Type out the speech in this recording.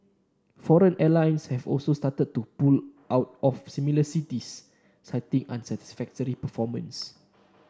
foreign airlines have also started to pull out of smaller cities citing unsatisfactory performance